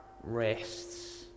rests